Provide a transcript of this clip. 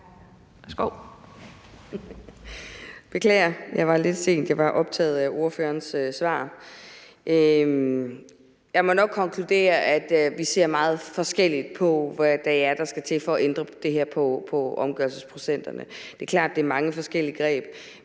Jeg må nok konkludere, at vi ser meget forskelligt på, hvad det er, der skal til for at ændre det her med omgørelsesprocenterne. Det er klart, at det er mange forskellige greb.